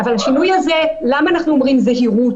אבל השינוי הזה, למה אנחנו אומרים זהירות?